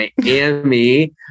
Miami